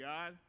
God